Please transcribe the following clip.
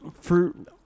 fruit